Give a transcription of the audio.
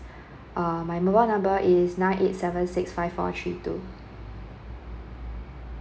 uh my mobile number is nine eight seven six five four three two